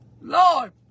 Lord